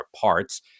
parts